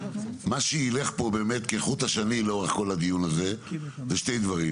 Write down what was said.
מה שילך פה כחוט השני לאורך כל הדיון זה שני דברים,